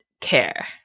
care